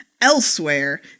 Elsewhere